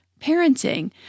parenting